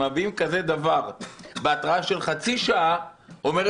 מביאים דבר כזה בהתראה של חצי שעה אומר שהם,